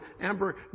Amber